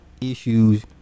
issues